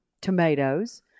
tomatoes